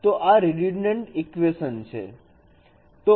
તો આ "redundant equation" છે